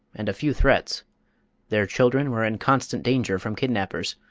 and a few threats their children were in constant danger from kidnappers,